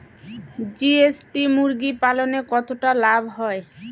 GST মুরগি পালনে কতটা লাভ হয়?